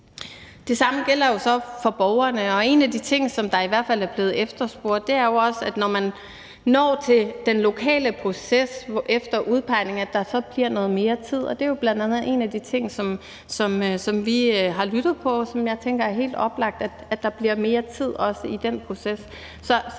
Det samme gælder så for borgerne, og en af de ting, som i hvert fald er blevet efterspurgt, er også, at der, når man når til den lokale proces efter udpegningen, så bliver noget mere tid. Det er jo bl.a. en af de ting, som vi har lyttet til, og jeg tænker, det er helt oplagt, at der også bliver mere tid i den proces.